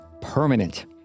permanent